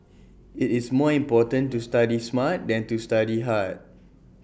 IT is more important to study smart than to study hard